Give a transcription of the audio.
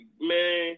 man